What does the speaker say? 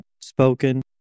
spoken